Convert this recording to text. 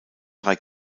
drei